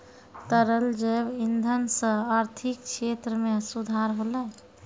तरल जैव इंधन सँ आर्थिक क्षेत्र में सुधार होलै